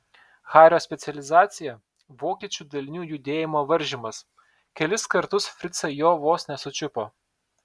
hario specializacija vokiečių dalinių judėjimo varžymas kelis kartus fricai jo vos nesučiupo